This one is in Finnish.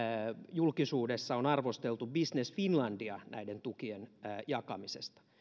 julkisuudessa on arvosteltu business finlandia näiden tukien jakamisesta